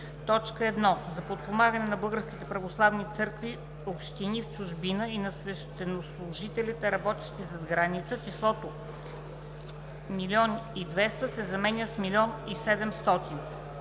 1. т. 1 За подпомагане на Българските православни църковни общини в чужбина и на свещенослужителите, работещи зад граница, числото „1 200,0“ се заменя с „1 700,0“